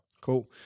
cool